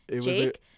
Jake